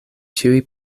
ĉiuj